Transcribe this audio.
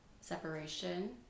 separation